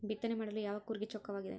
ಬಿತ್ತನೆ ಮಾಡಲು ಯಾವ ಕೂರಿಗೆ ಚೊಕ್ಕವಾಗಿದೆ?